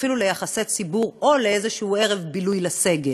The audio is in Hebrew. אפילו ליחסי ציבור או לאיזשהו ערב בילוי לסגל.